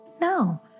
No